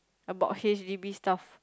about H_D_B stuff